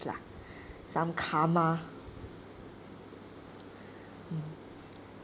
lah some karma mm